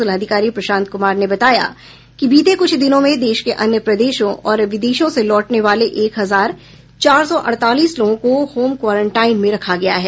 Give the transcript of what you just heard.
जिलाधिकारी प्रशांत कुमार ने बताया कि बीते कुछ दिनों में देश के अन्य प्रदेशों और विदेशों से लौटने वाले एक हजार चार सौ अड़तालीस लोगों को होम क्वारेंटाइन में रखा गया है